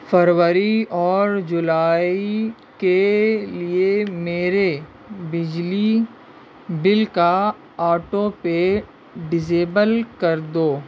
فروری اور جولائی کے لیے میرے بجلی بل کا آٹو پے ڈسیبل کر دو